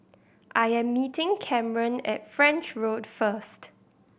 I am meeting Kamren at French Road first